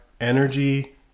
energy